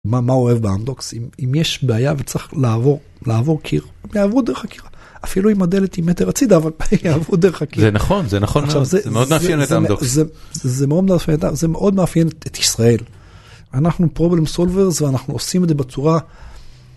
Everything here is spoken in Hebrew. מה אוהב באמנדוקס, אם יש בעיה וצריך לעבור, לעבור קיר, הם יעברו דרך הקיר, אפילו אם הדלת היא מטרה צידה, אבל הם יעברו דרך הקיר. זה נכון, זה נכון, זה מאוד מאפיין את אמנדוקס. זה מאוד מאפיין את ישראל. אנחנו פרובלם סולווירס ואנחנו עושים את זה בצורה.